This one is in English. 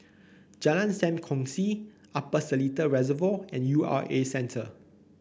Jalan Sam Kongsi Upper Seletar Reservoir and U R A Centre